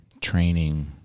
training